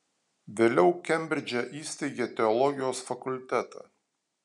vėliau kembridže įsteigė teologijos fakultetą